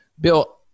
Bill